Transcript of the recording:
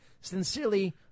Sincerely